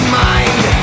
mind